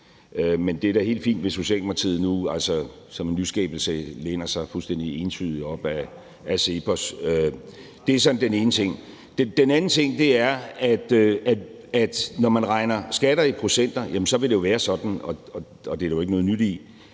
Men det er da helt fint, hvis Socialdemokratiet nu som en nyskabelse læner sig fuldstændig entydigt op ad CEPOS. Det er den ene ting. Den anden ting er, at når man regner skatter i procenter, vil det jo være sådan, og det er der jo ikke noget nyt i,